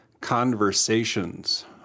conversations